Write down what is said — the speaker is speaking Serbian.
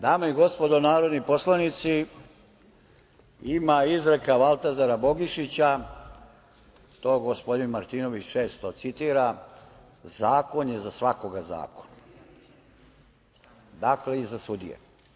Dame i gospodo narodni poslanici, ima izreka Valtazara Bogišića, to gospodin Martinović često citira: „Zakon je za svakoga zakon.“ Dakle, i za sudije.